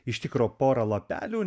iš tikro porą lapelių